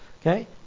Okay